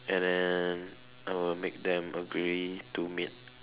and then I will make them agree to meet